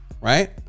right